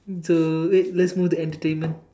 so wait let's move to entertainment